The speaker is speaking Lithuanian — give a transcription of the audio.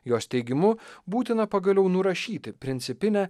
jos teigimu būtina pagaliau nurašyti principinę